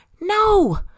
No